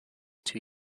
two